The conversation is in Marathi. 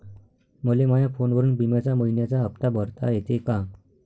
मले माया फोनवरून बिम्याचा मइन्याचा हप्ता भरता येते का?